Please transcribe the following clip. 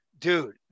Dude